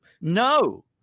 No